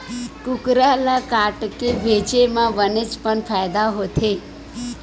कुकरा ल काटके बेचे म बनेच पन फायदा होथे